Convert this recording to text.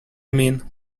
mean